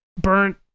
burnt